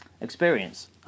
experience